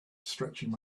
stretching